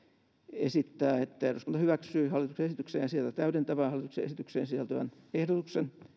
esittää että eduskunta hyväksyy hallituksen esitykseen ja sitä täydentävään hallituksen esitykseen sisältyvän ehdotuksen